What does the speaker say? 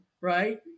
right